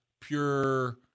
pure